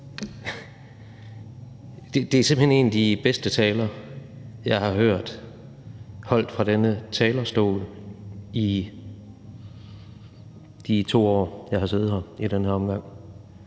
Det er simpelt hen en af de bedste aftaler, jeg har hørt holdt fra denne talerstol i de 2 år, jeg har siddet her i den her omgang.